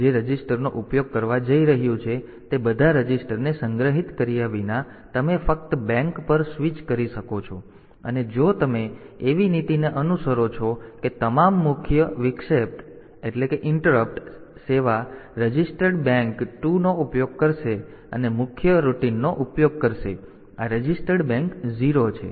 તેથી ISR જે રજિસ્ટરનો ઉપયોગ કરવા જઈ રહ્યું છે તે બધા રજિસ્ટરને સંગ્રહિત કર્યા વિના તમે ફક્ત બેંક પર સ્વિચ કરી શકો છો અને જો તમે એવી નીતિને અનુસરો છો કે તમામ મુખ્ય વિક્ષેપિત સેવા દિનચર્યાઓ રજિસ્ટર્ડ બેંક 2 નો ઉપયોગ કરશે અને મુખ્ય રૂટિનનો ઉપયોગ કરશે આ રજીસ્ટર્ડ બેંક 0 છે